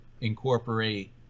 incorporate